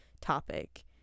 topic